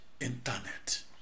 internet